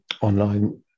online